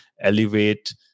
elevate